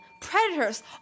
predators